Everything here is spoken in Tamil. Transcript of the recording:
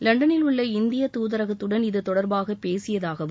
லண்டனில் உள்ள இந்திய தூதரகத்துடன் இதுதொடர்பாக பேசியதாகவும்